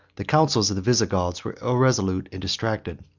the counsels of the visigoths were irresolute and distracted.